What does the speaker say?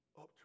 up